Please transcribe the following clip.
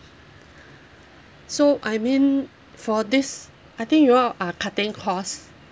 so I mean for this I think you all are cutting cost